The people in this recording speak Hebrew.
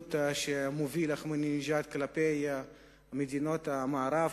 מדיניות שמוביל אחמדינג'אד כלפי מדינות המערב,